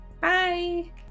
Bye